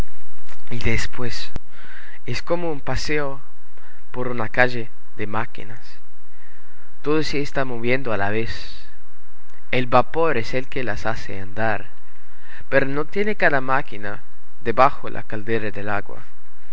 y después es como un paseo por una calle de máquinas todas se están moviendo a la vez el vapor es el que las hace andar pero no tiene cada máquina debajo la caldera del agua